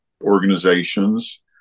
organizations